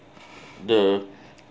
the